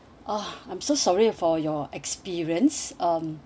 oh I'm so sorry for your experience um